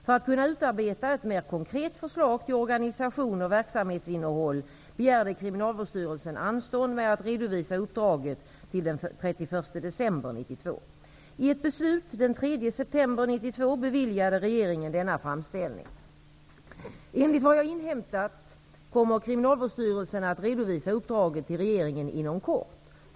För att kunna utarbeta ett mer konkret förslag till organisation och verksamhetsinnehåll begärde Kriminalvårdsstyrelsen anstånd med att redovisa uppdraget till den 31 december 1992. I ett beslut den 3 september 1992 beviljade regeringen denna framställning. Enligt vad jag inhämtat kommer Kriminalvårdsstyrelsen att redovisa uppdraget till regeringen inom kort.